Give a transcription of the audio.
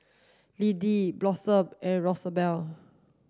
Lindy Blossom and Rosabelle